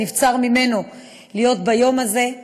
ונבצר ממנו להיות ביום הזה.